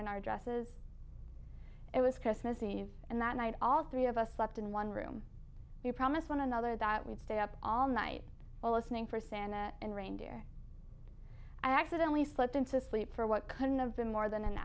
in our dresses it was christmas eve and that night all three of us slept in one room you promised one another that we'd stay up all night while listening for santa and reindeer i accidentally slipped into sleep for what kind of been more than an